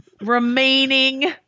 remaining